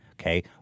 okay